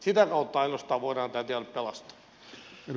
sitä kautta ainoastaan voidaan tämä tilanne pelastaa